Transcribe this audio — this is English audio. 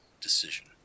decision